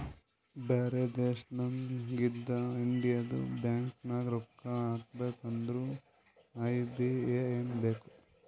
ಬ್ಯಾರೆ ದೇಶನಾಗಿಂದ್ ಇಂಡಿಯದು ಬ್ಯಾಂಕ್ ನಾಗ್ ರೊಕ್ಕಾ ಹಾಕಬೇಕ್ ಅಂದುರ್ ಐ.ಬಿ.ಎ.ಎನ್ ಬೇಕ್